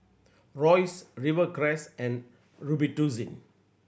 Royce Rivercrest and Robitussin